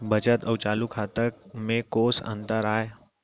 बचत अऊ चालू खाता में कोस अंतर आय?